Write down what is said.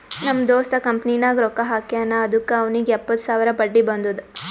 ನಮ್ ದೋಸ್ತ ಕಂಪನಿನಾಗ್ ರೊಕ್ಕಾ ಹಾಕ್ಯಾನ್ ಅದುಕ್ಕ ಅವ್ನಿಗ್ ಎಪ್ಪತ್ತು ಸಾವಿರ ಬಡ್ಡಿ ಬಂದುದ್